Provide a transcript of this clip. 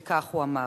וכך הוא אמר: